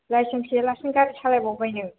licence गैयालासेनो गारि सालायबावबाय नों